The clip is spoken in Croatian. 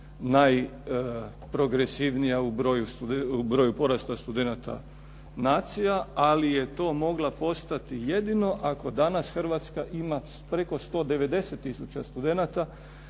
najprogresivnija u broju porasta studenata nacija, ali je to mogla postati jedino ako danas Hrvatska ima preko 190 tisuća studenata,